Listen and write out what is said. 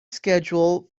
schedule